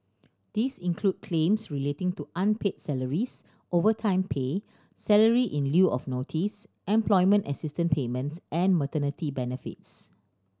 this include claims relating to unpaid salaries overtime pay salary in lieu of notice employment assistance payments and maternity benefits